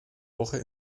woche